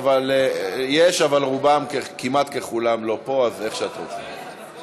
ואני קובע כי הצעת חוק מגבלות על חזרתו